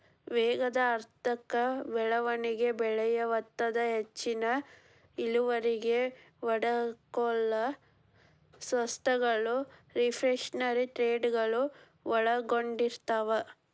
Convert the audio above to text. ವೇಗದ ಆರ್ಥಿಕ ಬೆಳವಣಿಗೆ ಬೆಲೆಯ ಒತ್ತಡ ಹೆಚ್ಚಿನ ಇಳುವರಿಗೆ ಒಡ್ಡಿಕೊಳ್ಳೊ ಸ್ವತ್ತಗಳು ರಿಫ್ಲ್ಯಾಶನರಿ ಟ್ರೇಡಗಳು ಒಳಗೊಂಡಿರ್ತವ